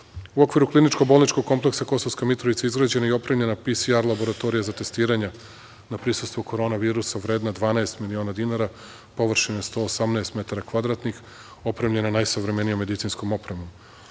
okviru kliničko-bolničkog kompleksa Kosovska Mitrovica izgrađena je i opremljena PCR laboratorija za testiranja na prisustvo korona virusa vredna 12 miliona dinara, površine 118 metara kvadratnih, opremljena najsavremenijom medicinskom opremom.